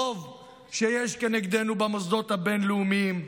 רוב שיש כנגדנו במוסדות הבין-לאומיים.